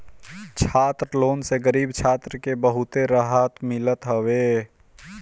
छात्र लोन से गरीब छात्र के बहुते रहत मिलत हवे